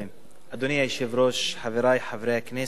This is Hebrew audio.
אדוני היושב-ראש, חברי חברי הכנסת,